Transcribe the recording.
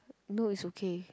no it's okay